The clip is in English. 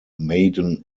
maiden